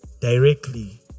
directly